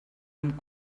amb